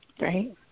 Right